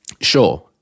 Sure